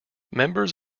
members